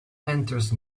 enters